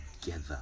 together